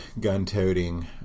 gun-toting